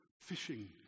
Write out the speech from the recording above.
fishing